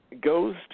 goes